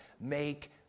make